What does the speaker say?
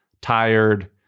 tired